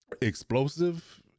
explosive